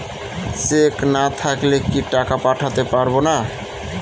Check না থাকলে কি টাকা পাঠাতে পারবো না?